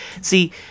See